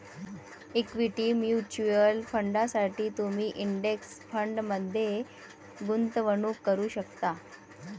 equity mutual फंडांसाठी तुम्ही index फंडमध्ये गुंतवणूक करू शकता